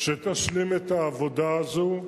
שתשלים את העבודה הזאת,